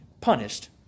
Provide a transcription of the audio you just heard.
punished